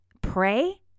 pray